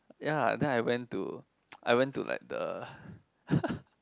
ya then I went to I went to like the